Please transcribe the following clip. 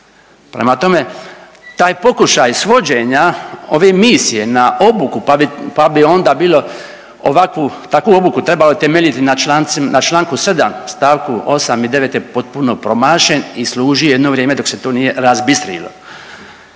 Prema tome, taj pokušaj svođenja ove misije na obuku pa bi onda bilo ovakvu, takvu obuku trebalo temeljiti na čl. 7. st. 8 i 9 je potpuno promašen i služi jedno vrijeme dok se to nije razbistrilo.